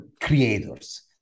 creators